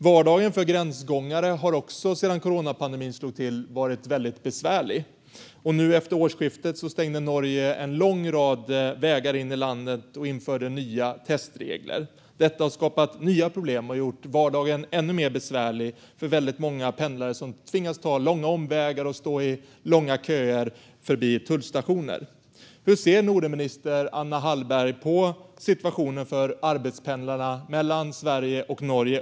Vardagen för gränsgångare har sedan coronapandemin slog till varit väldigt besvärlig. Nu efter årsskiftet stängde Norge en lång rad vägar in i landet och införde nya testregler. Detta har skapat nya problem och har gjort vardagen ännu mer besvärlig för väldigt många pendlare som tvingas ta långa omvägar och stå i långa köer förbi tullstationer. Hur ser Nordenminister Anna Hallberg på situationen för arbetspendlarna mellan Sverige och Norge?